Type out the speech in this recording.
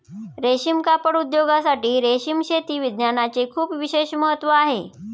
रेशीम कापड उद्योगासाठी रेशीम शेती विज्ञानाचे खूप विशेष महत्त्व आहे